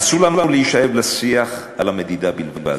אסור לנו להישאב לשיח על המדידה בלבד,